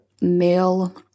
male